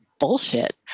bullshit